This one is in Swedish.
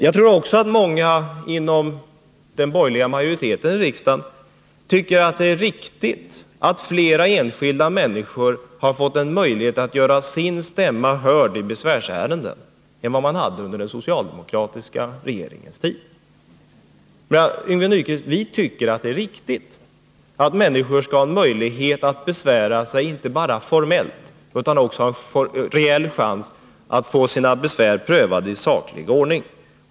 Jag tror att många inom den borgerliga majoriteten i riksdagen anser att det är riktigt att fler enskilda människor har fått en större möjlighet att göra sin stämma hörd i besv särenden än vad de hade under den socialdemokratiska regeringens tid. Vi tycker, Yngve Nyquist, att det är riktigt att människor inte bara formellt skall ha möjlighet att besvära sig utan att de också skall ha en reell chans att få sina besvär prövade i saklig ordning.